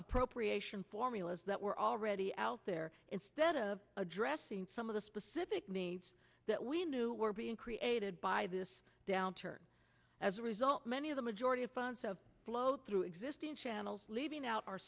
appropriation formulas that were already out there instead of addressing some of the specific needs that we knew were being created by this downturn as a result many of the majority of funds of flow through existing channels leaving out our